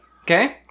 okay